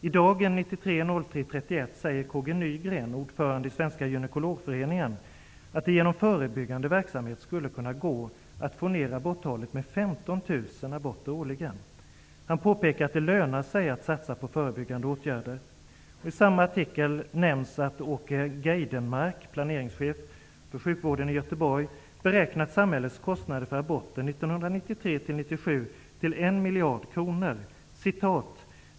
I Dagen av den 31 mars 1993 säger K-G Nygren, ordförande i Svenska gynekologföreningen, att det genom förebyggande verksamhet skulle kunna gå att få ned aborttalet med 15 000 årligen! Han påpekar att det lönar sig att satsa på förebyggande åtgärder. I samma artikel nämns att Åke Göteborg, beräknat samhällets kostnader för aborter 1993--1997 till en miljard kronor.